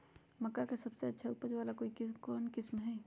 मक्का के सबसे अच्छा उपज वाला कौन किस्म होई?